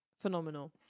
phenomenal